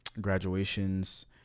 graduations